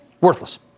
Worthless